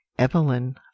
Evelyn